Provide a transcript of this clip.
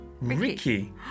Ricky